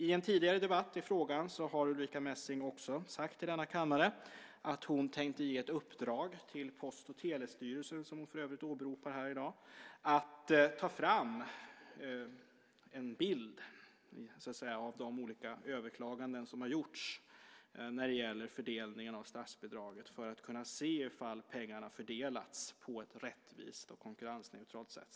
I en tidigare debatt i frågan har Ulrica Messing också sagt i denna kammare att hon tänkte ge ett uppdrag till Post och telestyrelsen, som hon för övrigt åberopar här i dag, att ta fram en bild av de olika överklaganden som har gjorts när det gäller fördelningen av statsbidraget för att kunna se ifall pengarna fördelats på ett rättvist och konkurrensneutralt sätt.